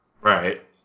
right